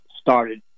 started